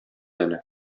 әле